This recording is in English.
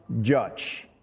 judge